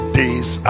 days